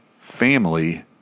family